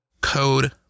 code